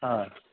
अँ